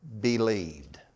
believed